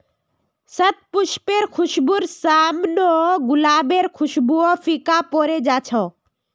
शतपुष्पेर खुशबूर साम न गुलाबेर खुशबूओ फीका पोरे जा छ